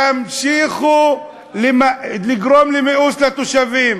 תמשיכו לגרום למיאוס לתושבים.